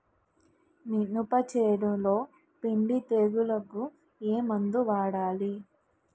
మినప చేనులో పిండి తెగులుకు ఏమందు వాడాలి?